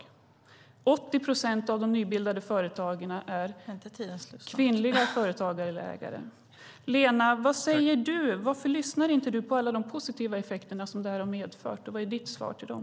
I 80 procent av de nybildade företagen är det kvinnliga företagare eller ägare. Varför lyssnar inte du, Lena, på alla de positiva effekterna som det här har medfört, och vad är ditt svar till dem?